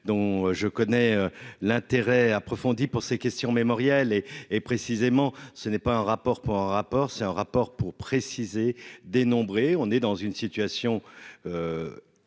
dont je connais l'intérêt approfondie pour ces questions mémorielles et et précisément ce n'est pas un rapport par rapport c'est un rapport pour préciser dénombré, on est dans une situation